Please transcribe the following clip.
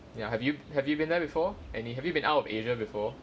ya have you have you been there before and have you been out of asia before